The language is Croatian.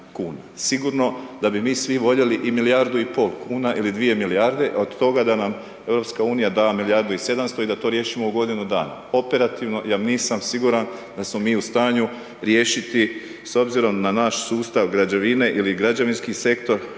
Sigurno da bi mi svi voljeli i milijardu i pol kn ili dvije milijarde, a od toga da nam EU da milijardu i 700 i da to riješimo u godinu dana. Operativno ja nisam siguran da smo mi u stanju riješiti s obzirom na naš sustav građevine ili građevinski sektor